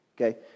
Okay